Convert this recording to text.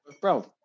Bro